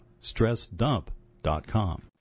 StressDump.com